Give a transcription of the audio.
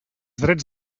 drets